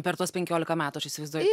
per tuos penkiolika metų aš įsivaizduoju